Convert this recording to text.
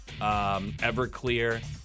Everclear